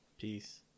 Peace